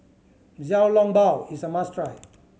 Xiao Long Bao is a must try